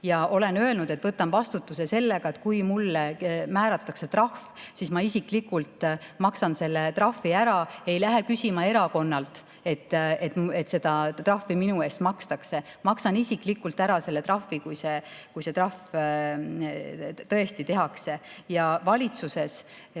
Olen öelnud, et võtan vastutuse sellega, et kui mulle määratakse trahv, siis ma isiklikult maksan selle ära, ei lähe küsima erakonnalt, et see trahv minu eest makstaks. Maksan isiklikult ära selle trahvi, kui see trahv tõesti tehakse. Ja valitsuses,